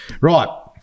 Right